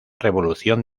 revolución